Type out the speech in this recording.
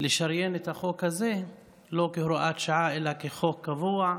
לשריין את החוק הזה לא כהוראת שעה אלא כחוק קבוע,